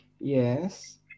Yes